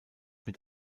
mit